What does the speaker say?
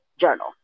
journal